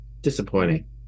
disappointing